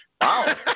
Wow